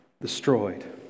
destroyed